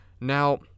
Now